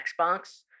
Xbox